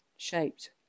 shaped